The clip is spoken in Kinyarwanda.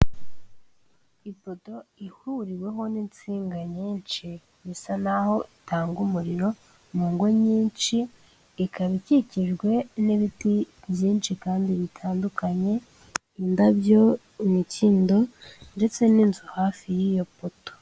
Ipoto ihuriweho n'insinga nyinshi bisa naho itanga umuriro mu ngo nyinshi, ikaba ikikijwe n'ibiti byinshi kandi bitandukanye indabyo, imikindo, ndetse n'inzu hafi y'iyo poto.